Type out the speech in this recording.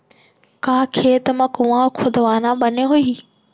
का खेत मा कुंआ खोदवाना बने होही?